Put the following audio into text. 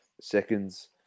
seconds